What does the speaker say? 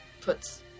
puts